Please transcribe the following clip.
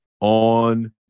on